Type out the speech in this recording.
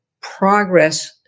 progress